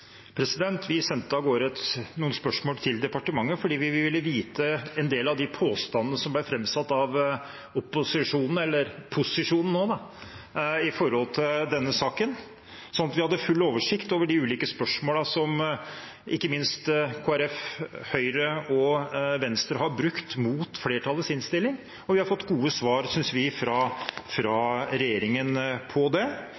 Vi sendte av gårde noen spørsmål til departementet fordi vi ville vite litt om en del av de påstandene som ble framsatt av posisjonen i denne saken, slik at vi hadde full oversikt over de ulike spørsmålene som ikke minst Kristelig Folkeparti, Høyre og Venstre har brukt mot flertallets innstilling. Vi synes vi har fått gode svar fra regjeringen på det,